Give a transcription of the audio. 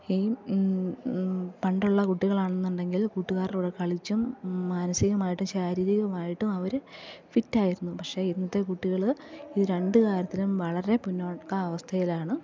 ഈ പണ്ടുള്ള കുട്ടികളാണെന്നുണ്ടെങ്കിൽ കൂട്ടുകാരുടെ കൂടെ കളിച്ചു മാനസികമായിട്ടും ശാരീരികമായിട്ടും അവർ ഫിറ്റായിരുന്നു പക്ഷേ ഇന്നത്തെ കുട്ടികൾ ഈ രണ്ട് കാര്യത്തിലും വളരെ പിന്നോക്കം അവസ്ഥയിലാണ്